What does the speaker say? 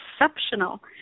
exceptional